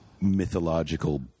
mythological